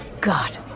God